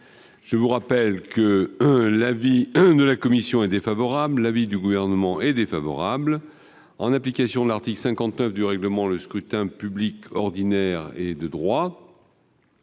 Je rappelle également que l'avis de la commission est défavorable et que l'avis du Gouvernement est défavorable. En application de l'article 59 du règlement, le scrutin public ordinaire est de droit.